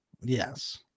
Yes